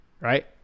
right